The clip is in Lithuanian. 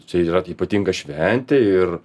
tai yra ypatinga šventė ir